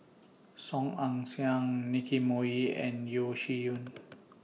Song Ong Siang Nicky Moey and Yeo Shih Yun